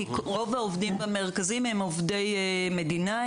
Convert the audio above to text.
כי רוב העובדים במרכזים הם עובדי מדינה,